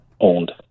owned